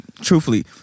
truthfully